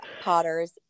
Potter's